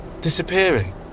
disappearing